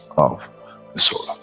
of the soul